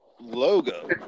logo